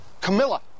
Camilla